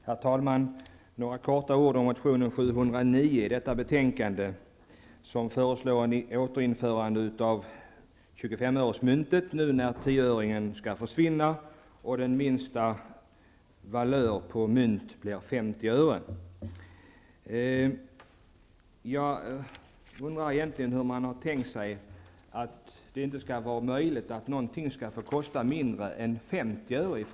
Herr talman! Några ord om min motion Fi709 som behandlas i detta betänkande och där jag föreslår ett återinförande av 25-öresmyntet när nu 10 öringen skall försvinna och den minsta valören på mynten blir 50 öre. Jag undrar egentligen hur man tänkt, då det inte längre skall vara möjligt att någonting kostar mindre än 50 öre.